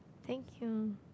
thank you